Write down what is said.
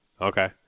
Okay